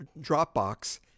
Dropbox